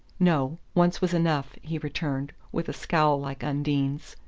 no. once was enough, he returned, with a scowl like undine's.